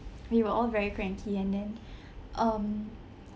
we were all very cranky and then um